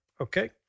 okay